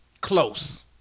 Close